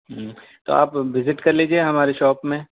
ہوں تو آپ بھزٹ کر لیجیے ہماری شاپ میں